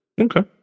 Okay